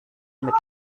mit